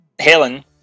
Helen